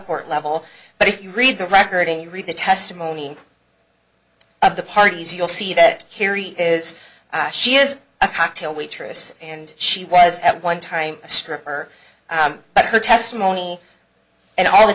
court level but if you read the record and you read the testimony of the parties you'll see that carrie is she is a cocktail waitress and she was at one time a stripper by her testimony and all the